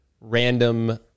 random